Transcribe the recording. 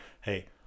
hey